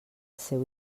seu